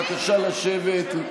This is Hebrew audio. בבקשה לשבת.